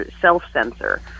self-censor